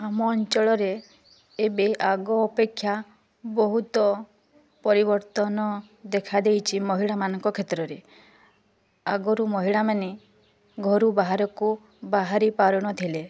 ଆମ ଅଞ୍ଚଳରେ ଏବେ ଆଗ ଅପେକ୍ଷା ବହୁତ ପରିବର୍ତ୍ତନ ଦେଖା ଦେଇଛି ମହିଳା ମାନଙ୍କ କ୍ଷେତ୍ରରେ ଆଗରୁ ମହିଳା ମାନେ ଘରୁ ବାହାରକୁ ବାହାରି ପାରୁନଥିଲେ